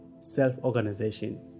self-organization